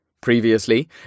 Previously